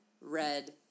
red